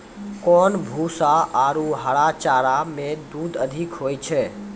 कोन भूसा आरु हरा चारा मे दूध अधिक होय छै?